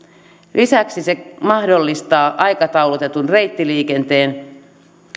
lisäksi se mahdollistaa aikataulutetun reittiliikenteen